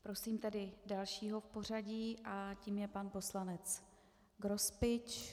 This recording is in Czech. Prosím tedy dalšího v pořadí a tím je pan poslanec Grospič.